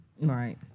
Right